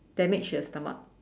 damage her stomach